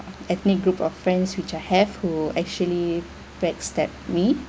ethnic group of friends which I have who actually backstab me